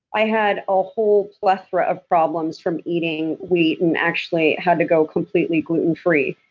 i had a whole plethora of problems from eating wheat and actually had to go completely gluten free.